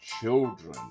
children